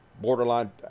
borderline